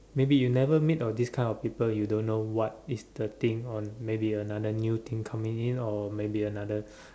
maybe you never meet or this kind of people you don't know what is the thing on maybe another new thing coming in or maybe another